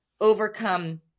overcome